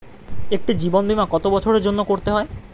একটি জীবন বীমা কত বছরের জন্য করতে হয়?